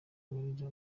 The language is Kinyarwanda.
manager